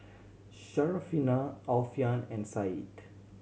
Syarafina Alfian and Said